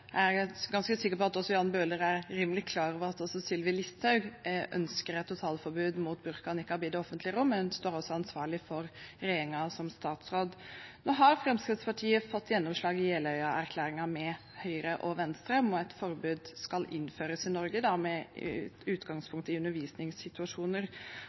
er jeg ganske sikker på at Jan Bøhler er rimelig klar over at også Sylvi Listhaug ønsket et totalforbud mot burka og nikab i det offentlige rom, men sto ansvarlig for regjeringen som statsråd. Nå har Fremskrittspartiet fått gjennomslag i Jeløya-erklæringen med Høyre og Venstre om at et forbud skal innføres i Norge med utgangspunkt i undervisningssituasjoner. Jeg skjønner egentlig ikke hva Arbeiderpartiet ønsker med